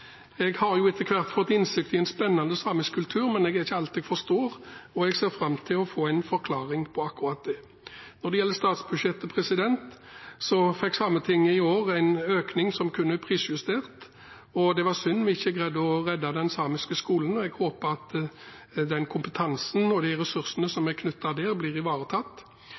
Jeg har etter hvert fått innsikt i en spennende samisk kultur, men det er ikke alt jeg forstår. Jeg ser fram til å få en forklaring på akkurat det. Når det gjelder statsbudsjettet, fikk Sametinget i år en økning som kun er prisjustert. Det var synd vi ikke greide å redde den samiske skolen, og jeg håper at den kompetansen og de ressursene som er knyttet til den, blir ivaretatt.